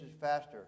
faster